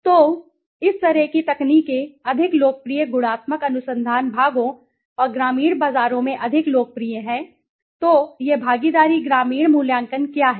तो इस तरह की तकनीकें अधिक लोकप्रिय गुणात्मक अनुसंधान भागों और ग्रामीण बाजारों में अधिक लोकप्रिय हैं तो यह भागीदारी ग्रामीण मूल्यांकन क्या है